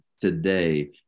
today